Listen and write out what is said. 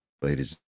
Ladies